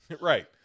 right